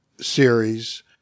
series